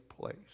place